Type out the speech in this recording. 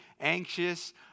anxious